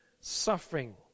suffering